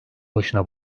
başına